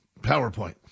PowerPoint